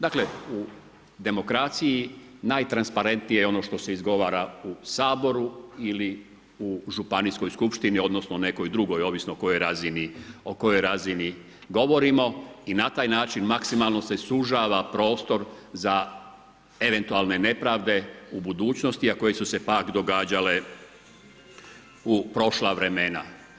Dakle u demokraciji najtransparentnije je ono što se izgovara u Saboru ili u županijskoj skupštini odnosno u nekoj drugoj ovisno o kojoj razini govorimo i na taj način maksimalno se sužava prostor za eventualne nepravde u budućnosti a koje su se pak događale u prošla vremena.